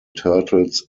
turtles